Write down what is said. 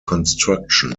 construction